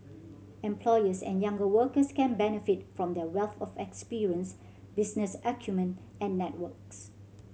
employers and younger workers can benefit from their wealth of experience business acumen and networks